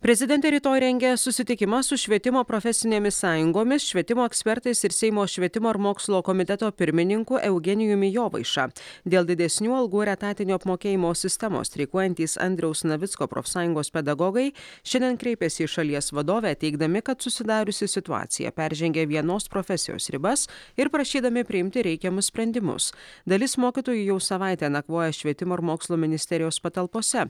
prezidentė rytoj rengia susitikimą su švietimo profesinėmis sąjungomis švietimo ekspertais ir seimo švietimo ir mokslo komiteto pirmininku eugenijumi jovaiša dėl didesnių algų ir etatinio apmokėjimo sistemos streikuojantys andriaus navicko profsąjungos pedagogai šiandien kreipėsi į šalies vadovę teigdami kad susidariusi situacija peržengia vienos profesijos ribas ir prašydami priimti reikiamus sprendimus dalis mokytojų jau savaitę nakvoja švietimo mokslo ministerijos patalpose